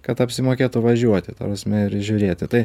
kad apsimokėtų važiuoti ta prasme ir žiūrėti tai